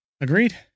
Agreed